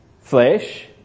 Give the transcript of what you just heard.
flesh